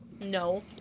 No